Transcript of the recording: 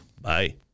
Bye